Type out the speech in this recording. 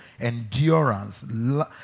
endurance